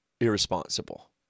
irresponsible